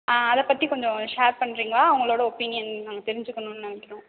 ஆ அதைப்பத்தி கொஞ்சம் ஷேர் பண்ணுறீங்களா உங்களோடய ஒப்பீனியன் நாங்கள் தெரிஞ்சுக்கணுன்னு நெனைக்கிறோம்